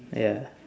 ya